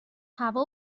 هوا